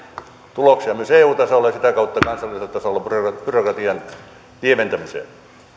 tuloksia myös eu tasolle ja sitä kautta kansalliselle tasolle byrokratian lieventämiseen